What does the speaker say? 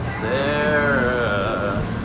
Sarah